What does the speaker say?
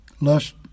lust